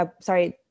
sorry